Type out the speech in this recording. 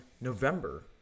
November